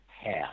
half